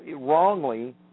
wrongly